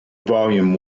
volume